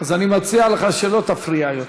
אז אני מציע לך שלא תפריע יותר.